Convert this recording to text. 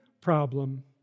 problem